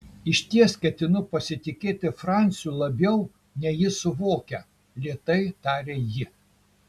išties ketinu pasitikėti franciu labiau nei jis suvokia lėtai tarė ji